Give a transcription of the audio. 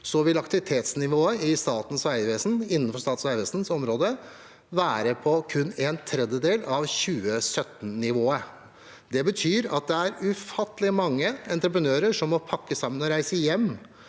vil aktivitetsnivået innenfor Statens vegvesens område være på kun en tredjedel av 2017-nivået. Det betyr at det er ufattelig mange entreprenører som må pakke sammen og reise hjem.